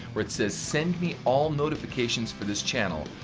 where it says send me all notifications for this channel.